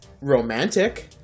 romantic